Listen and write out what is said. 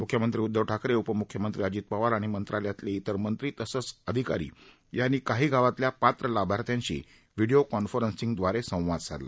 मुख्यमंत्री उदधव ठाकरे उपमुख्यमंत्री अजित पवार आणि मंत्रालयातले इतर मंत्री तसंच अधिका यांनी काही गावांतल्या पात्र लाभार्थ्यांशी व्हीडिओ कॉन्फरन्सिंगद्वारे संवाद साधला